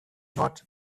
not